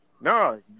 no